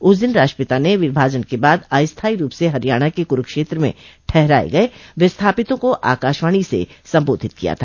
उस दिन राष्ट्रपिता ने विभाजन के बाद अस्थायी रूप से हरियाणा के कुरुक्षेत्र में ठहराए गए विस्थापितों को आकाशवाणी से संबोधित किया था